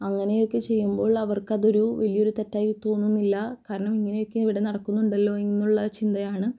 അങ്ങനെയൊക്കെ ചെയ്യുമ്പോൾ അവർക്കതൊരു വലിയൊരു തെറ്റായി തോന്നുന്നില്ല കാരണം ഇങ്ങനെയൊക്കെ ഇവിടെ നടക്കുന്നുണ്ടല്ലോ എന്നുള്ള ചിന്തയാണ്